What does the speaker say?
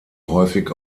häufig